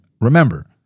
remember